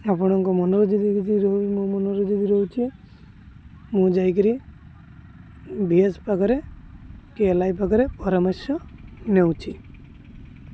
ଆପଣଙ୍କ ମନରେ ଯଦି ଯଦି ମୋ ମନରେ ଯଦି ରହୁଛି ମୁଁ ଯାଇ କରି ଭି ଏଚ୍ ପାଖରେ କି ଏଲ୍ ଆଇ ପାଖରେ ପରାମର୍ଶ ନେଉଛି